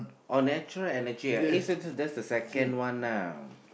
or natural energy eh eh so so that's the second one lah